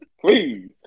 please